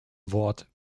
wort